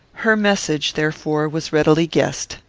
her message, therefore, was readily guessed.